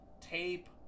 tape